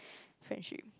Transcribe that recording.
friendship